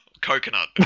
Coconut